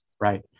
right